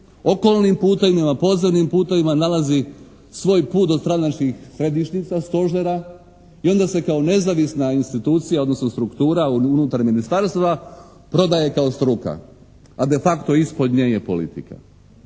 Okolnim putevima, podzemnim putevima nalazi svoj put do stranačkih središnjica, stožera i onda se kao nezavisna institucija odnosno struktura unutar ministarstva prodaje kao struka, a de facto ispod nje je politika.